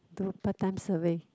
do part time survey